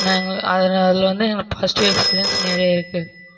நாங்கள் அதில் அதில் வந்து எங்கள் பாஸிட்டிவ் எக்ஸ்பீரியன்ஸ் நிறைய இருக்கு